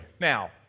now